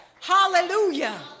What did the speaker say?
hallelujah